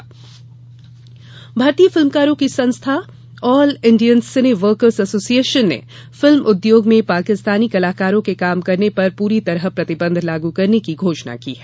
प्रतिबंध भारतीय फिल्मकारों की संस्था all Indian cine workers association ने फिल्म उद्योग में पाकिस्तानी कलाकारों के काम करने पर पूरी तरह प्रतिबंध लागू करने की घोषणा की है